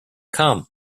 come